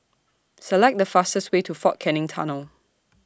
Select The fastest Way to Fort Canning Tunnel